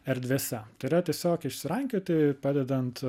erdvėse turėjo tiesiog išsirankioti padedant